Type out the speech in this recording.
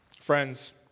Friends